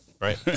Right